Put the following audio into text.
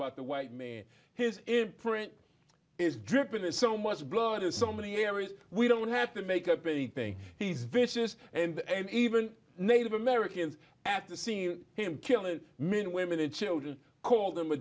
about the white man his print is dripping there's so much blood has so many areas we don't have to make up anything he's vicious and even native americans at the seen him killing men women and children call them a